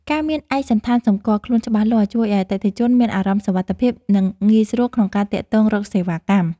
ការមានឯកសណ្ឋានសម្គាល់ខ្លួនច្បាស់លាស់ជួយឱ្យអតិថិជនមានអារម្មណ៍សុវត្ថិភាពនិងងាយស្រួលក្នុងការទាក់ទងរកសេវាកម្ម។